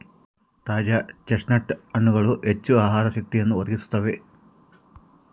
ತಾಜಾ ಚೆಸ್ಟ್ನಟ್ ಹಣ್ಣುಗಳು ಹೆಚ್ಚು ಆಹಾರ ಶಕ್ತಿಯನ್ನು ಒದಗಿಸುತ್ತವೆ